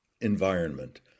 environment